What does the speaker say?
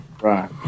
Right